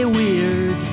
weird